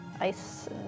ice